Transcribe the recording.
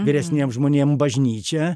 vyresniem žmonėm bažnyčia